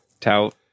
tout